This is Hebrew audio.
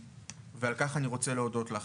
ועל כך אני רוצה להודות לך.